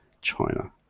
China